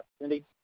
Cindy